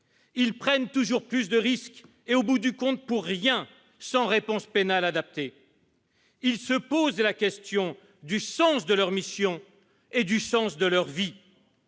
ils prennent toujours plus de risques et ce, au bout du compte, pour rien, en l'absence de réponse pénale adaptée. Ils se posent la question du sens de leur mission et de leur vie.